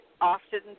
often